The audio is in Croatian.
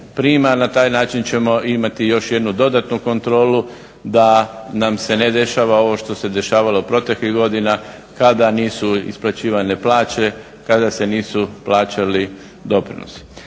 Na taj način ćemo imati još jednu dodatnu kontrolu da nam se ne dešava ovo što se dešavalo proteklih godina kada nisu isplaćivane plaće, kada se nisu plaćali doprinosi.